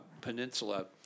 Peninsula